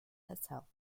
herself